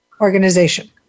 Organization